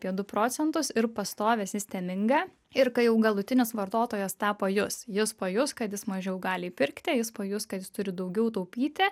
apie du procentus ir pastovi sisteminga ir kai jau galutinis vartotojas tą pajus jis pajus kad jis mažiau gali įpirkti jis pajus kad jis turi daugiau taupyti